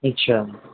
अच्छा